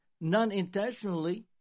non-intentionally